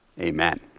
Amen